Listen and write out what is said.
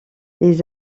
les